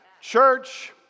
Church